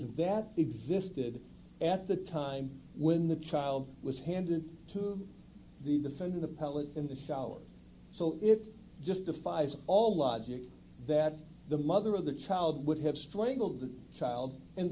that existed at the time when the child was handed to the defendant a pellet in the shower so it just defies all logic that the mother of the child would have strangled the child and